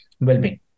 well-being